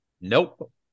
nope